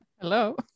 Hello